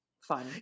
Fun